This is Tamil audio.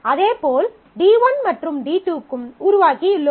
அதேபோல் D1 மற்றும் D2 க்கும் உருவாக்கியுள்ளோம்